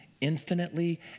infinitely